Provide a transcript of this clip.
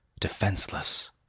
defenseless